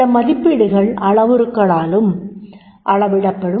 சில மதிப்பீடுகள் அளவுருக்களாலும் அளவிடப்படும்